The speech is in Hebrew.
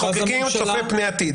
צופים פני עתיד.